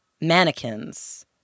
mannequins